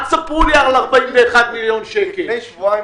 אל תספרו לי על 41 מיליון שקלים.